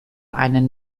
einen